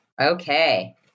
Okay